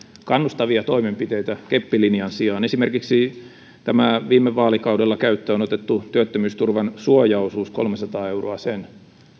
kannustavia toimenpiteitä keppilinjan sijaan esimerkiksi tämä viime vaalikaudella käyttöön otettu työttömyysturvan suojaosuus kolmesataa euroa sen